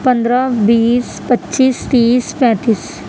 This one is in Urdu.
پندرہ بیس پچیس تیس پینتیس